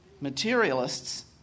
materialists